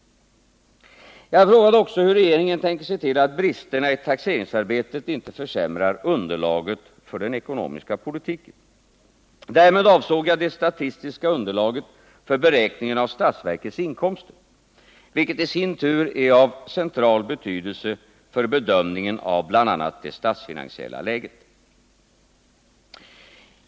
Jag frågade också hur regeringen tänker se till att bristerna i taxeringsarbetet inte försämrar underlaget för den ekonomiska politiken. Därmed avsåg jag det statistiska underlaget för beräkningen av statsverkets inkomster, vilket i sin tur är av central betydelse för bedömningen av det statsfinansiella läget.